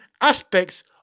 aspects